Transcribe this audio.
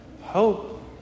hope